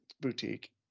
boutique